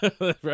Right